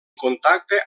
contacte